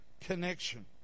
connection